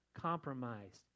compromised